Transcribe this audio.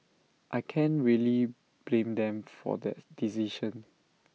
I can't really blame them for that decision